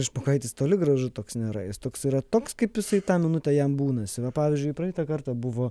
špokaitis toli gražu toks nėra jis toks yra toks kaip jisai tą minutę jam būna jis yra pavyzdžiui praeitą kartą buvo